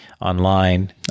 online